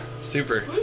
super